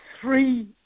three